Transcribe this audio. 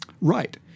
right